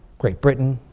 great britain,